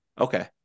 Okay